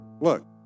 Look